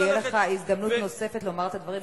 מאחר שתהיה לך הזדמנות נוספת לומר את הדברים,